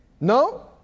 No